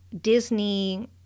Disney